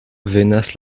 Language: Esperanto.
venas